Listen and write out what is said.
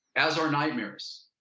as are nightmares.